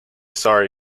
sorry